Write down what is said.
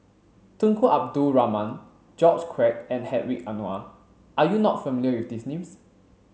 Tunku Abdul Rahman George Quek and Hedwig Anuar are you not familiar with these names